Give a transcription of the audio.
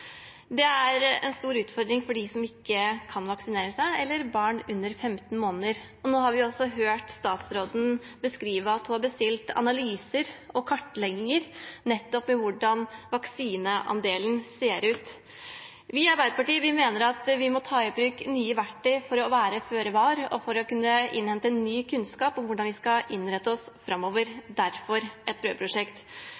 det er en stor utfordring for dem som ikke kan vaksinere seg, og for barn under 15 måneder. Nå har vi hørt statsråden beskrive at hun har bestilt analyser og kartlegginger av hvordan vaksineandelen ser ut. Vi i Arbeiderpartiet mener at vi må ta i bruk nye verktøy for å være føre var og for å kunne innhente ny kunnskap om hvordan vi skal innrette oss framover.